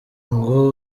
ngo